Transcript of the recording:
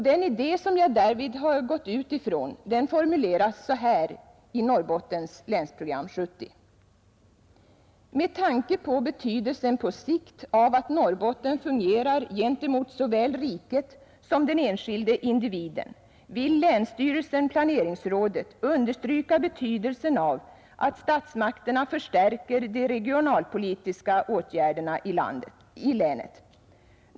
—— pen idé som jag därvid gått ut ifrån formuleras så här för Norrbottens del Regional utveckling i Länsprogram 1970:”Med tanke på betydelsen på sikt av att Norrbotten fungerar gentemot såväl riket som den enskilde individen vill Länsstyrelsen/Planeringsrådet understryka betydelsen av att statsmakterna förstärker de regionalpolitiska åtgärderna i länet.